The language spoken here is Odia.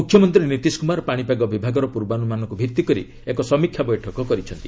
ମୁଖ୍ୟମନ୍ତ୍ରୀ ନୀତିଶ କୁମାର ପାଣିପାଗ ବିଭାଗର ପୂର୍ବାନୁମାନକୁ ଭିତ୍ତିକରି ଏକ ସମୀକ୍ଷା ବୈଠକ କରିଛନ୍ତି